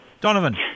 Donovan